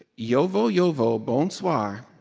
yovo, yovo, bon soir,